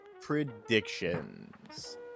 predictions